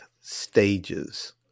stages